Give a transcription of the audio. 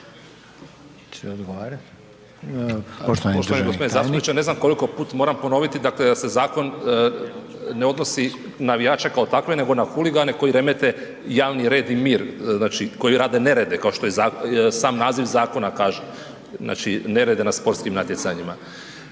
Poštovani gospodine zastupniče, ne znam koliko puta moram ponoviti dakle da se zakon ne odnosi na navijače kao takve, nego na huligane koji remete javni red i mir. Znači koji rade nerede kao što sam naziv zakona kaže, znači nerede na sportskim natjecanjima.